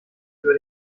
über